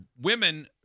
women